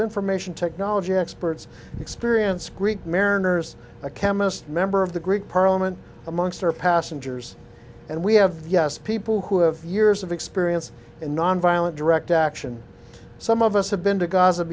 information technology experts experience greek mariners a chemist member of the greek parliament amongst our passengers and we have yes people who have years of experience in nonviolent direct action some of us have been to g